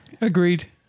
Agreed